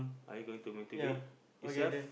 are you going to mitigate yourself